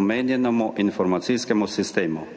omenjenemu informacijskemu sistemu